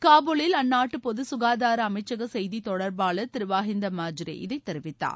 காபூலில் அந்நாட்டு பொது சுகாதார அமைச்சக செய்தித்தொடர்பாளர் திரு வாஹிந்த் மாஜ்ரோ இதைத் தெரிவித்தார்